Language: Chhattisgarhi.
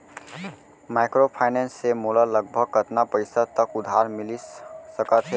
माइक्रोफाइनेंस से मोला लगभग कतना पइसा तक उधार मिलिस सकत हे?